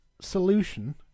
solution